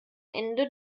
ende